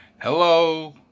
Hello